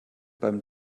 beim